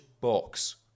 box